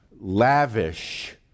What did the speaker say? lavish